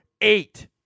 Eight